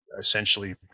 essentially